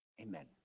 Amen